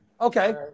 Okay